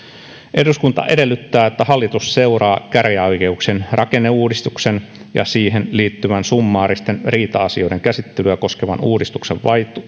eduskunta edellyttää että hallitus seuraa käräjäoikeuksien rakenneuudistuksen ja siihen liittyvän summaaristen riita asioiden käsittelyä koskevan uudistuksen